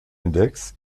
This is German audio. index